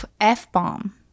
f-bomb